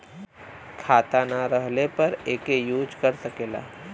खाता ना रहले पर एके यूज कर सकेला